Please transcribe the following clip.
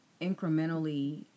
incrementally